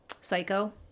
Psycho